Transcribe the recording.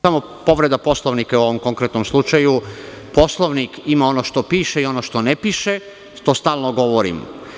Samo povreda Poslovnika je u ovom konkretnom slučaju, Poslovnik ima ono što piše i ono što ne piše, što stalno govorim.